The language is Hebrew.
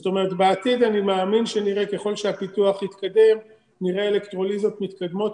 זאת אומרת בעתיד אני מאמין שככל שהפיתוח יתקדם נראה אלקטרוליזות מתקדמות